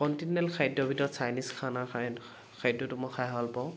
Continental খাদ্যৰ ভিতৰত Chinese খানা খাই খাদ্যটো মই খাই ভাল পাওঁ